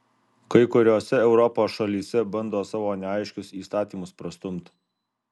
kai kuriose europos šalyse bando savo neaiškius įstatymus prastumti